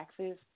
taxes